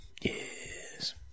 Yes